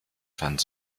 fand